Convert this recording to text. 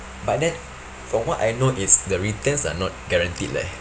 but then from what I know is the returns are not guaranteed leh